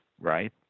right